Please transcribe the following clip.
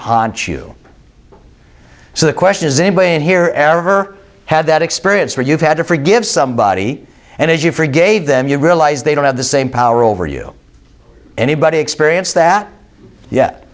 honshu so the question is in wayne here ever had that experience where you've had to forgive somebody and as you forgave them you realize they don't have the same power over you anybody experience that yet